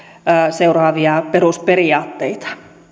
seuraavia perusperiaatteita